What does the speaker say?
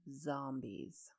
zombies